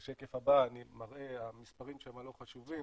בשקף הבא אני מראה, המספרים שם לא חשובים,